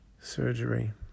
surgery